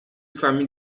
famille